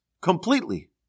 completely